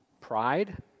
pride